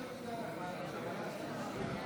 51 בעד, אין